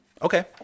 Okay